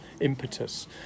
impetus